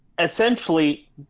essentially